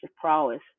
prowess